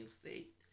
state